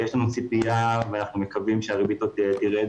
יש לנו ציפייה ואנחנו מקווים שהריבית עוד תרד